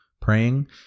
praying